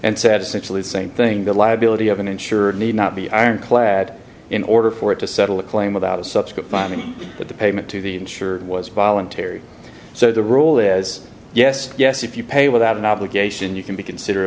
and said essentially the same thing the liability of an insurer need not be ironclad in order for it to settle a claim without a subsequent money but the payment to the insurer was voluntary so the rule is yes yes if you pay without an obligation you can be considered a